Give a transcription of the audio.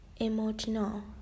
Emotional